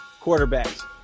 quarterbacks